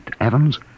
Evans